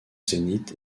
zénith